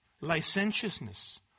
licentiousness